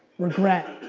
regret.